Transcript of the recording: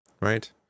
right